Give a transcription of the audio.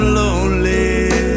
lonely